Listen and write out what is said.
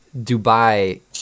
dubai